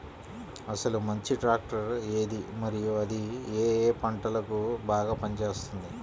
అసలు మంచి ట్రాక్టర్ ఏది మరియు అది ఏ ఏ పంటలకు బాగా పని చేస్తుంది?